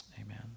amen